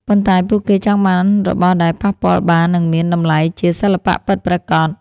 ប៉ុន្តែពួកគេចង់បានរបស់ដែលប៉ះពាល់បាន និងមានតម្លៃជាសិល្បៈពិតប្រាកដ។